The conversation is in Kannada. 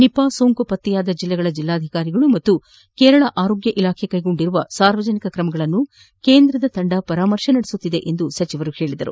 ನಿಪಾ ಸೋಂಕು ಪತ್ತೆಯಾದ ಜಿಲ್ಲೆಗಳ ಜಿಲ್ಲಾಧಿಕಾರಿಗಳು ಹಾಗೂ ಕೇರಳ ಅರೋಗ್ಯ ಇಲಾಖೆ ಕೈಗೊಂಡ ಸಾರ್ವಜನಿಕ ಕ್ರಮಗಳನ್ನು ಕೇಂದ್ರ ತಂಡ ಪರಾಮರ್ಶಿಸುತ್ತಿದೆ ಎಂದು ಸಚಿವರು ಹೇಳಿದರು